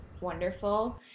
wonderful